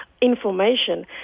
information